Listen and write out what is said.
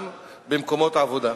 במקומות העבודה.